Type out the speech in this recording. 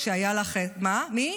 שהיה לך --- לא ייאמן.